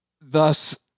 thus